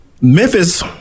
Memphis